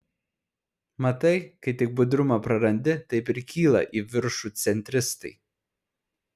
matai kai tik budrumą prarandi taip ir kyla į viršų centristai